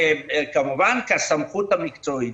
כמובן כסמכות המקצועית.